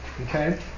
Okay